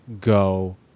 go